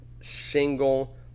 single